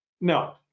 No